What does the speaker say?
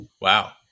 Wow